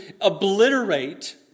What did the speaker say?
obliterate